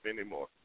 anymore